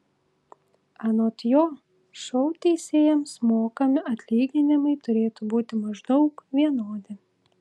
anot jo šou teisėjams mokami atlyginimai turėtų būti maždaug vienodi